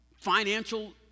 financial